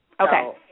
Okay